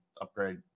upgrade